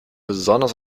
besonders